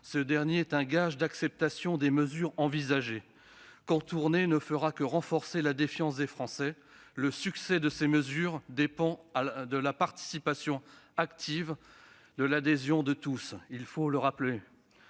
Il s'agit là d'un gage d'acceptation des mesures envisagées. En contournant le débat, on ne fera que renforcer la défiance des Français. Le succès de ces mesures dépend de la participation active et de l'adhésion de tous. Il faut le rappeler.